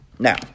Now